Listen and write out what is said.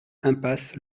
impasse